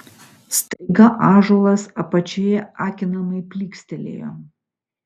staiga ąžuolas apačioje akinamai plykstelėjo